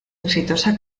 exitosa